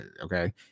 okay